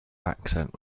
accent